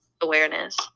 Awareness